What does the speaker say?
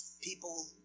people